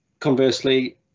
Conversely